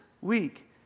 week